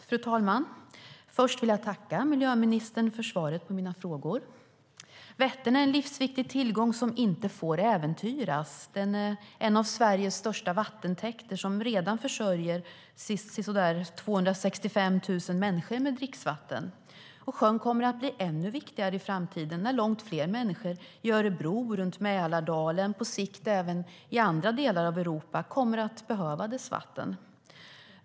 Fru talman! Först vill jag tacka miljöministern för svaret på mina frågor. Vättern är en livsviktig tillgång som inte får äventyras. Den är en av Sveriges största vattentäkter, som redan försörjer sisådär 265 000 människor med dricksvatten. Sjön kommer att bli ännu viktigare i framtiden, när långt fler människor i Örebro och i Mälardalen och, på sikt, även i andra delar av Europa kommer att behöva dess vatten.